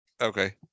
Okay